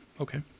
Okay